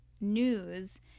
news